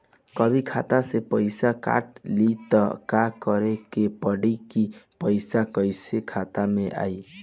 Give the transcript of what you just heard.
कभी खाता से पैसा काट लि त का करे के पड़ी कि पैसा कईसे खाता मे आई?